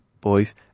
boys